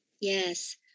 Yes